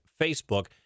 Facebook